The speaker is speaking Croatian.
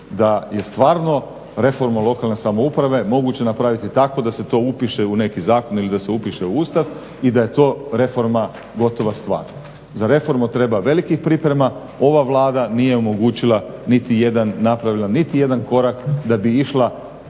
da je stvarno reforma lokalne samouprave moguće napraviti tako da se to upiše u neki zakon ili da se upiše u Ustav i da je to reforma gotova stvar. Za reformu treba velikih priprema, ova Vlada nije omogućila i napravila niti jedan korak da bi